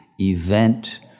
event